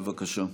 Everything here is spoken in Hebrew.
בבקשה.